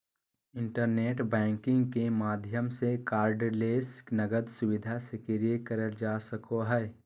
internet banking के माध्यम से कार्डलेस नकद सुविधा सक्रिय करल जा सको हय